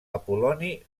apol·loni